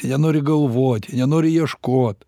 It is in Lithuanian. jie nenori galvot jie nenori ieškot